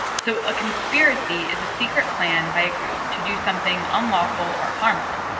so a conspiracy is a secret plan by a group to do something unlawful or harmful.